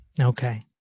Okay